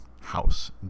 house